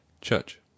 church